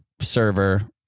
server